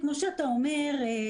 כמו שאתה אומר,